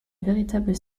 véritable